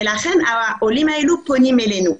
ולכן העולים האלה פונים אלינו.